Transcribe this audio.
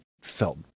felt